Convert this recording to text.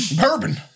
Bourbon